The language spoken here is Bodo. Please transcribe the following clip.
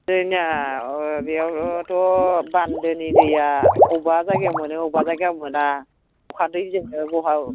जोंनिया बेयावथ' बान्दोनि दैया अबेबा जायगायाव मोनो अबेबा जायगायाव मोना अखा दैजोंनो